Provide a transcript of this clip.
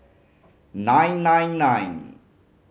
nine nine nine